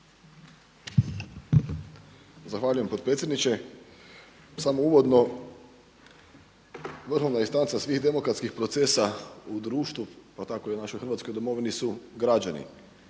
Zahvaljujem potpredsjedniče. Samo uvodno vrhovna istanca svih demokratskih procesa u društvu, pa tako i u našoj Hrvatskoj domovini su građani.